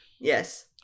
yes